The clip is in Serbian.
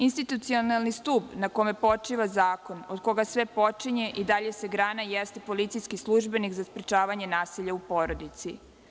Institucionalni stub na kome počiva zakon od koga sve počinje i dalje se grana jeste policijski službenik za sprečavanje nasilja u porodici.